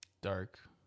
Dark